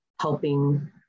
helping